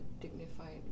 dignified